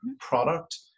product